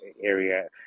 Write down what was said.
area